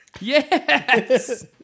Yes